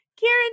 Karen